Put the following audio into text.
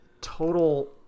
total